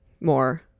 more